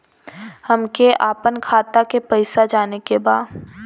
हमके आपन खाता के पैसा जाने के बा